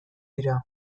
dira